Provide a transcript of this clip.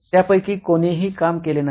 त्यापैकी कोणीही काम केले नाही